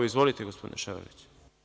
Izvolite, gospodine Ševarliću.